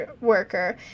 Worker